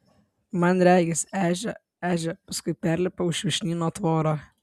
man regis ežia ežia paskui perlipa už vyšnyno tvorą